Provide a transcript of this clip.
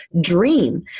dream